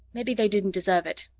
maybe they didn't deserve it.